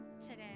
today